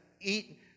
eat